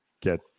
get